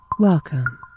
Welcome